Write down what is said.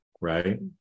right